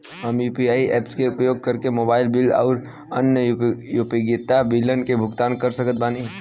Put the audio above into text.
हम UPI apps के उपयोग करके मोबाइल बिल आउर अन्य उपयोगिता बिलन के भुगतान कर सकत बानी